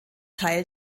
teil